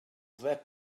that